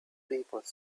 people